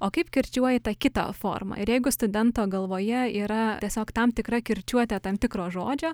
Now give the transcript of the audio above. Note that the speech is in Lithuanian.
o kaip kirčiuoji tą kitą formą ir jeigu studento galvoje yra tiesiog tam tikra kirčiuotė tam tikro žodžio